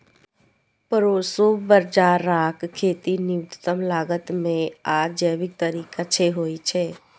proso बाजाराक खेती न्यूनतम लागत मे आ जैविक तरीका सं होइ छै